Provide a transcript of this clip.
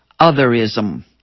otherism